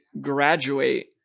graduate